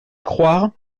croire